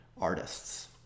artists